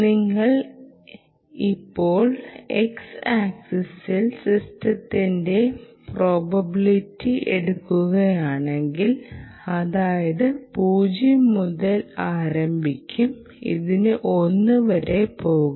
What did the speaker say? നിങ്ങൾ ഇപ്പോൾ x ആക്സിസിൽ സിസ്റ്റത്തിന്റെ പ്രോബബിലിറ്റി എടുക്കുകയാണെങ്കിൽ അതായത് 0 മുതൽ ആരംഭിക്കും ഇതിന് 1 വരെ പോകാം